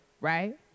right